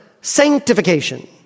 sanctification